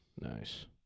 nice